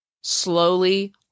slowly